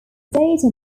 data